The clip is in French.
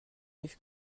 livres